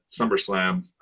SummerSlam